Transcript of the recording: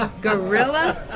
Gorilla